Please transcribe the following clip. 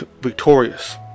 victorious